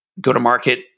go-to-market